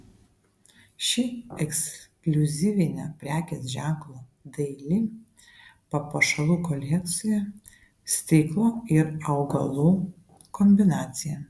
ši ekskliuzyvinė prekės ženklo daili papuošalų kolekcija stiklo ir augalų kombinacija